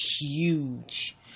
huge